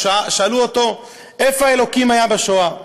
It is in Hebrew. שאלו אותו איפה האלוקים היה בשואה.